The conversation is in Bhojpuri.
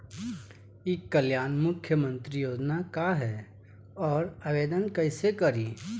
ई कल्याण मुख्यमंत्री योजना का है और आवेदन कईसे करी?